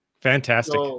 fantastic